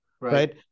right